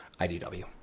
IDW